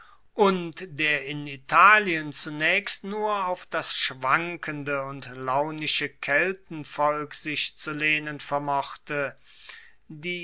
und der in italien zunaechst nur auf das schwankende und latinische kelterwolk sich zu lehnen vermochte die